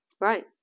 Right